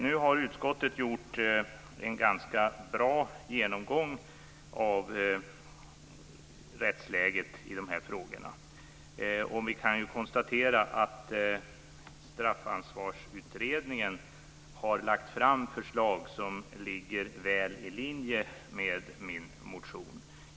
Nu har utskottet gjort en ganska bra genomgång av rättsläget i de här frågorna. Vi kan konstatera att Straffansvarsutredningen har lagt fram förslag som ligger väl i linje med min motion.